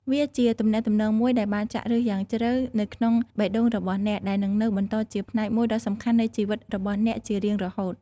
វាជាទំនាក់ទំនងមួយដែលបានចាក់ឫសយ៉ាងជ្រៅនៅក្នុងបេះដូងរបស់អ្នក ដែលនឹងនៅបន្តជាផ្នែកមួយដ៏សំខាន់នៃជីវិតរបស់អ្នកជារៀងរហូត។